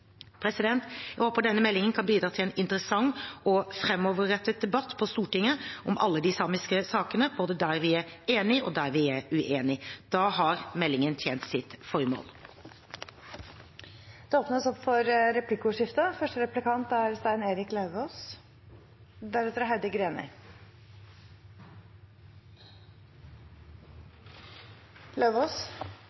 saken. Jeg håper denne meldingen kan bidra til en interessant og framoverrettet debatt på Stortinget om alle de samiske sakene – både der vi er enige og der vi er uenige. Da har meldingen tjent sitt formål. Det blir replikkordskifte.